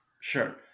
Sure